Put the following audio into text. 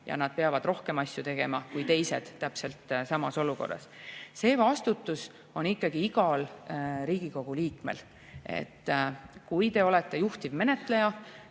– nad peavad tegema rohkem kui teised täpselt samas olukorras. See vastutus on ikkagi igal Riigikogu liikmel. Kui te olete juhtivmenetleja